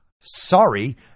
Sorry